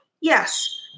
Yes